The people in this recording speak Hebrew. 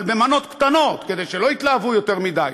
אבל במנות קטנות, כדי שלא יתלהבו יותר מדי: